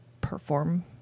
perform